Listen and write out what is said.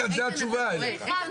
זה התשובה אליך.